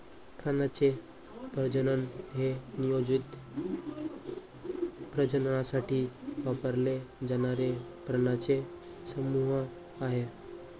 प्राण्यांचे प्रजनन हे नियोजित प्रजननासाठी वापरले जाणारे प्राण्यांचे समूह आहे